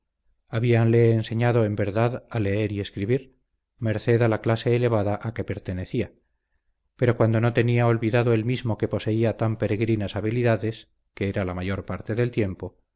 aquellos tiempos habíanle enseñado en verdad a leer y escribir merced a la clase elevada a que pertenecía pero cuando no tenía olvidado él mismo que poseía tan peregrinas habilidades que era la mayor parte del tiempo